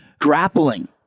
grappling